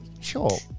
sure